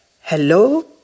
Hello